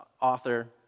author